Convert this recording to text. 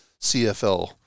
CFL